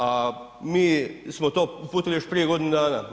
A mi smo to uputili još prije godinu dana.